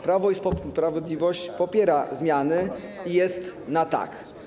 Prawo i Sprawiedliwość popiera zmiany i jest na tak.